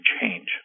change